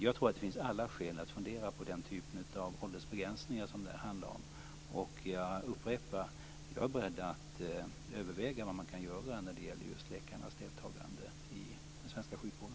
Jag tror att det finns alla skäl att fundera på den typen av åldersbegränsningar som det här handlar om. Jag upprepar: Jag är beredd att överväga vad man kan göra när det gäller just läkarnas deltagande i den svenska sjukvården.